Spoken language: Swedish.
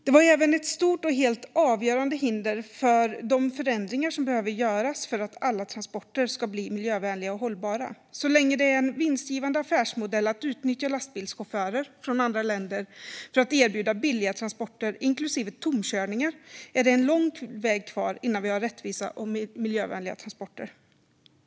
Det var även ett stort och helt avgörande hinder för de förändringar som behöver göras för att alla transporter ska bli miljövänliga och hållbara. Så länge det är en vinstgivande affärsmodell att utnyttja lastbilschaufförer från andra länder för att erbjuda billiga transporter, inklusive tomkörningar, är det en lång väg kvar innan vi har rättvisa och miljövänliga transporter.